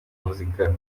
muzika